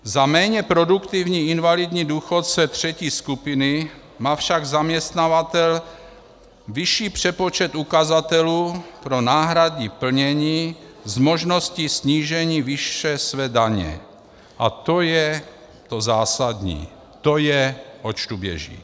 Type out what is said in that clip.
Za méně produktivní invalidní důchod 3. skupiny má však zaměstnavatel vyšší přepočet ukazatelů pro náhradní plnění s možností snížení výše své daně a to je to zásadní, to je, oč tu běží.